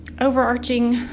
overarching